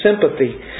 sympathy